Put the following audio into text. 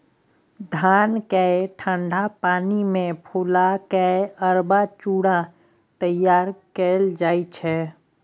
धान केँ ठंढा पानि मे फुला केँ अरबा चुड़ा तैयार कएल जाइ छै